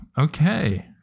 okay